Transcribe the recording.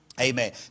amen